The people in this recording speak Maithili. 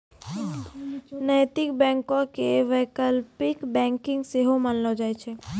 नैतिक बैंको के वैकल्पिक बैंकिंग सेहो मानलो जाय छै